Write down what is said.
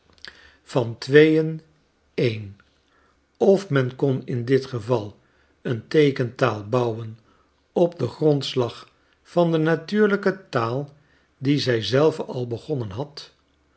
van tweeen en of men kon in dit geval een teekentaal bouwen op den grondslag van de natuurlijke taal die zy zelve al begonnen had